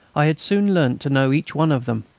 i had soon learnt to know each one of them,